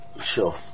sure